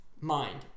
mind